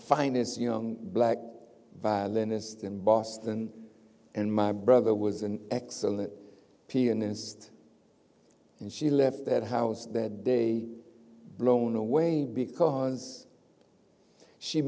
finest young black violinist in boston and my brother was an excellent pianist and she left that house that day blown away because she